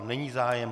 Není zájem.